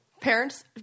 Parents